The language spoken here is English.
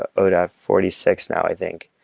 at and forty six now i think.